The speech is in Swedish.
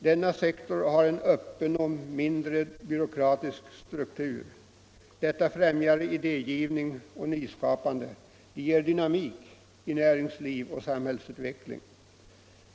Denna sektor har en öppen och mindre byråkratisk struktur. Detta främjar idégivning och nyskapande, det ger dynamik i näringsliv och samhällsutveckling.